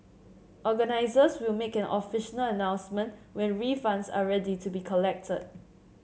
organisers will make an official announcement when refunds are ready to be collected